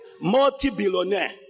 multi-billionaire